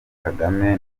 kagame